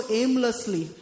aimlessly